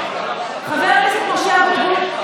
חבר הכנסת משה אבוטבול,